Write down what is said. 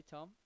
Tom